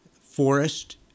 Forest